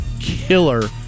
killer